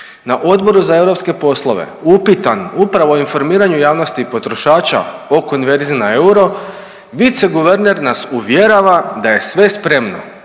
na Odboru za europske poslove upitan upravo o informiranju javnosti i potrošača o konverziji euro viceguverner nas uvjerava da je sve spremno,